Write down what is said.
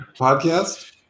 podcast